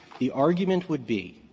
the argument would be